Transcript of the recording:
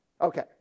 Okay